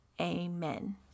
amen